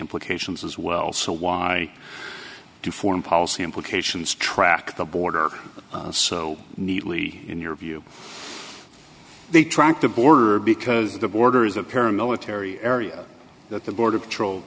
implications as well so why do foreign policy implications track the border so neatly in your view they track the border because the border is a paramilitary area that the border patrol